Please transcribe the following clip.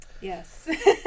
Yes